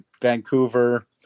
vancouver